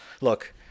Look